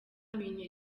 bintera